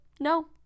no